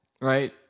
right